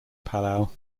palau